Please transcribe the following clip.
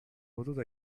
potuto